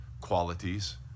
qualities